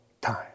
time